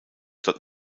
dort